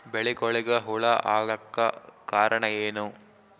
ಬೆಳಿಗೊಳಿಗ ಹುಳ ಆಲಕ್ಕ ಕಾರಣಯೇನು?